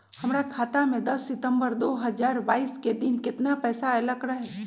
हमरा खाता में दस सितंबर दो हजार बाईस के दिन केतना पैसा अयलक रहे?